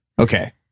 Okay